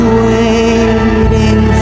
waiting